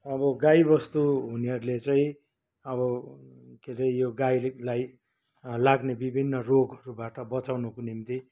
अब गाईबस्तु हुनेहरूले चाहिँ अब के रे यो गाईलाई लाग्ने विभिन्न रोगहरूबाट बचाउनुको निम्ति